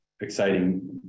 exciting